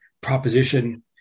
proposition